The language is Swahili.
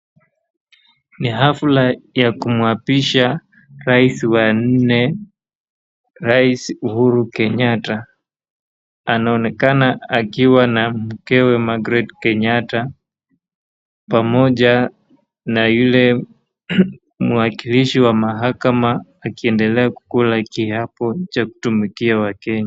Ni hafla ya kumwapisha rais wa nne, rais Uhuru Kenyatta. Anaonekana akiwa na mkewe Margaret Kenyatta pamoja na yule mwakilishi wa mahakama akiendelea kukula kiapo cha kutumikia Wakenya.